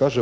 da